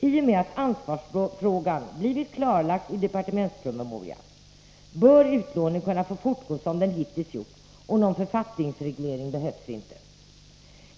I och med att ansvarsfrågan blivit klarlagd i departementspromemorian bör utlåningen kunna få fortgå som den hittills gjorts, och någon författningsreglering behövs inte.